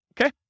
Okay